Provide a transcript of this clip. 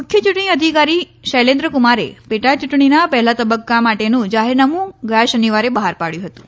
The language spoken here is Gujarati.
મુખ્ય યૂંટણી અધિકારી શૈલેન્દ્રકુમારે પેટા ચૂંટણીના પહેલા તબક્કા માટેનું જાહેરનામું ગયા શનિવારે બહાર પાડયું હતું